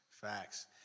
Facts